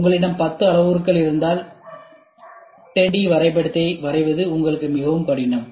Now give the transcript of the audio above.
உங்களிடம் 10 அளவுருக்கள் இருந்தால் 10 D வரைபடத்தை வரைவது உங்களுக்கு மிகவும் கடினம்